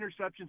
interceptions